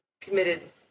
committed